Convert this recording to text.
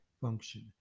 function